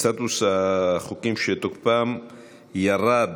סטטוס החוקים ירד: